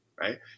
right